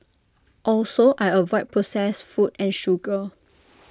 also I avoid processed food and sugar